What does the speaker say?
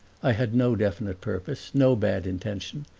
i had no definite purpose, no bad intention,